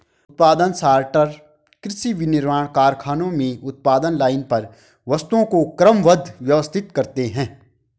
उत्पादन सॉर्टर कृषि, विनिर्माण कारखानों में उत्पादन लाइन पर वस्तुओं को क्रमबद्ध, व्यवस्थित करते हैं